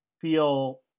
feel